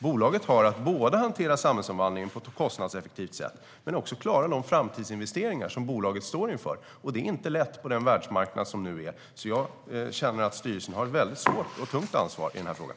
Bolaget ska hantera samhällsomvandlingen på ett kostnadseffektivt sätt men också klara de framtidsinvesteringar som bolaget står inför. Det är inte lätt på den världsmarknad som nu råder. Styrelsen har ett väldigt svårt och tungt ansvar i den här frågan.